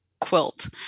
quilt